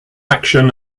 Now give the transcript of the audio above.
action